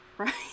Right